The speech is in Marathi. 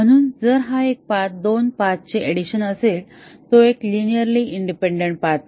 म्हणून जर हा एक पाथ हा दोन पाथ ची ऍडिशन असेल तर तो एक लिनिअरली इंडिपेंडन्ट पाथ नाही